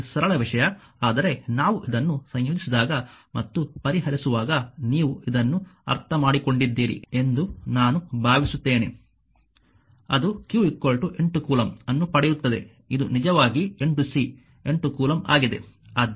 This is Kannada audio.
ಈ ಸರಳ ವಿಷಯ ಆದರೆ ನಾವು ಇದನ್ನು ಸಂಯೋಜಿಸಿದಾಗ ಮತ್ತು ಪರಿಹರಿಸುವಾಗ ನೀವು ಇದನ್ನು ಅರ್ಥಮಾಡಿಕೊಂಡಿದ್ದೀರಿ ಎಂದು ನಾನು ಭಾವಿಸುತ್ತೇನೆ ಅದು q 8 ಕೂಲಂಬ್ ಅನ್ನು ಪಡೆಯುತ್ತದೆ ಇದು ನಿಜವಾಗಿ 8 ಸಿ 8 ಕೂಲಂಬ್ ಆಗಿದೆ